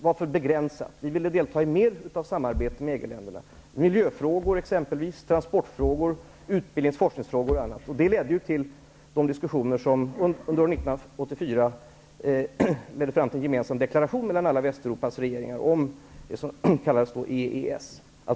Vi ville delta i mer samarbete med EG länderna. Det gällde t.ex. miljöfrågor, transportfrågor, utbildnings och forskningsfrågor. Diskussionerna under 1984 ledde fram till en gemensam deklaration mellan alla Västeuropas regeringar om det som skulle komma att kallas EES.